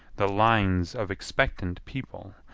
the lines of expectant people,